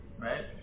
right